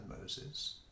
Moses